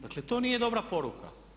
Dakle, to nije dobra poruka.